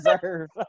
deserve